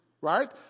right